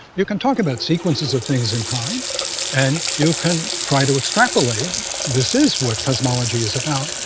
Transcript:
you can talk about sequences of things in time and you can try to extrapolate this is what cosmology is about,